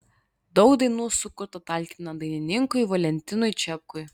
daug dainų sukurta talkinant dainininkui valentinui čepkui